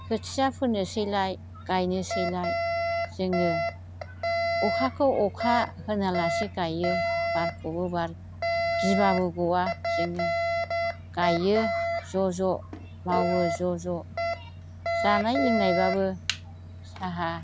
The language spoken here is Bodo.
खोथिया फोनोसैलाय गायनोसैलाय जोङो अ'खाखौ अ'खा होनालासे गायो बारखौबो बार गिबाबो ग'वा जोङो गाइयो ज' ज' मावो ज' ज' जानाय लोंनायबाबो साहा